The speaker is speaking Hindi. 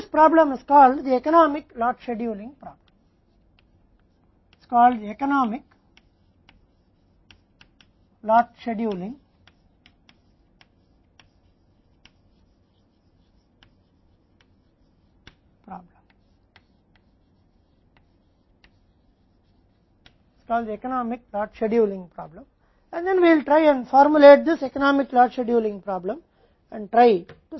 अब इस समस्या को आर्थिक लॉट शेड्यूलिंग समस्या कहा जाता है और फिर हम इस आर्थिक लॉट शेड्यूलिंग समस्या को हल करने का प्रयास करेंगे और इसे हल करने का प्रयास करेंगे